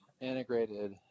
integrated